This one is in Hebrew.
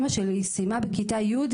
אמא שלי סיימה בכיתה י',